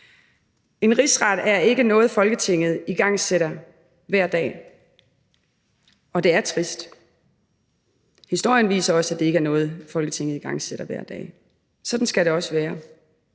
En rigsret er ikke noget, Folketinget igangsætter hver dag. Det er trist, og historien viser også, at det ikke er noget Folketinget igangsætter hver dag. Sådan skal det også være.